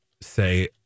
say